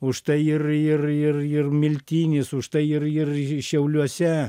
užtai ir ir ir ir miltinis užtai ir ir šiauliuose